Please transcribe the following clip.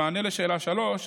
במענה על שאלה 3,